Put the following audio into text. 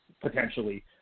potentially